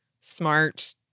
smart